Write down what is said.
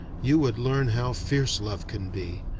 you would learn how fierce love can be,